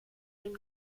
ihn